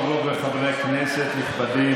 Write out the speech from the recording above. חברות וחברי כנסת נכבדים,